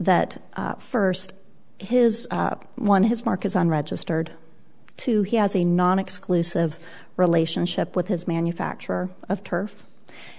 that first his one his mark is unregistered two he has a non exclusive relationship with his manufacturer of turf